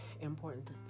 important